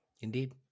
Indeed